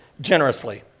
generously